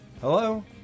Hello